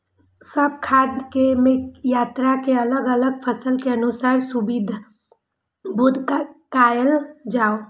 सब खाद के मात्रा के अलग अलग फसल के अनुसार सूचीबद्ध कायल जाओ?